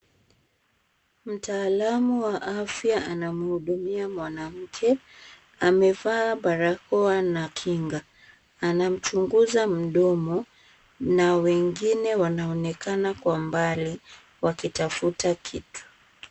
Mtaalamu wa afya anamhudumia mwanamke amevaa barakoa na kinga. Anamchunguza mdomo na wengine wanaonekana kwa mbali wakitafuta kitu.